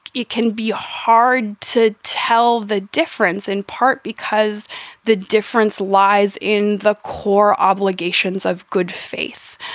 it can be hard to tell the difference, in part because the difference lies in the core obligations of good faith.